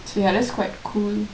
ya that's quite cool